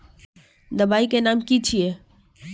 दबाई के नाम की छिए?